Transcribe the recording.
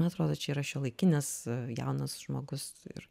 man atrodo čia yra šiuolaikinis jaunas žmogus ir